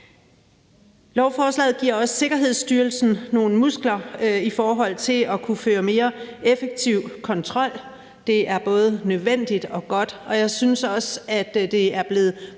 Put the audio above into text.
Lovforslaget giver også Sikkerhedsstyrelsen nogle muskler i forhold til at kunne føre en mere effektiv kontrol. Det er både nødvendigt og godt, og jeg synes også, at det på trods